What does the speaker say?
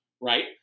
right